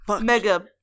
Mega